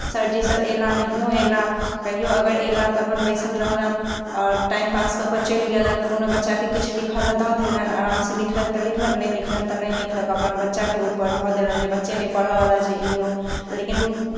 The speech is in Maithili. सर जी सभ अयलाह नहिओ अयलाह कहियो अगर अयलाह तऽ अपन बैसल रहलनि आओर टाइम पास कऽ कऽ चलि गेलनि कोनो बच्चाके किछु लिखय लेल दऽ देलनि आरामसँ लिखलक तऽ लिखलक नहि लिखलनि तऽ नहि लिखलक अपन बच्चाके ऊपर धऽ देलनि जे बच्चे नहि पढ़यवला छै ई ओ लेकिन